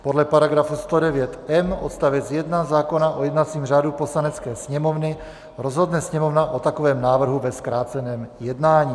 Podle § 109m odst. 1 zákona o jednacím řádu Poslanecké sněmovny rozhodne Sněmovna o takovém návrhu ve zkráceném jednání.